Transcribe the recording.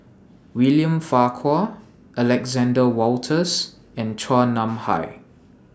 William Farquhar Alexander Wolters and Chua Nam Hai